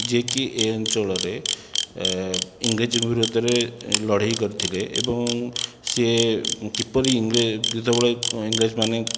ଯିଏ କି ଏ ଅଞ୍ଚଳରେ ଇଂରେଜ ବିରୋଧରେ ଲଢ଼େଇ କରିଥିଲେ ଏବଂ ସିଏ କିପରି ଇଂରେଜ ଯେତେବେଳେ ଇଂରେଜମାନେ